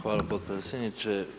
Hvala potpredsjedniče.